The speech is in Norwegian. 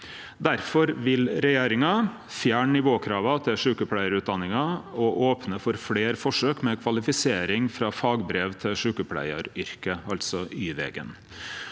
Difor vil regjeringa – fjerne nivåkrava til sjukepleiarutdanninga og opne for fleire forsøk med kvalifisering frå fagbrev til sjukepleiaryrket, altså Y-vegen